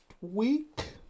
week